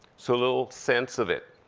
so little sense of it.